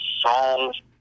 songs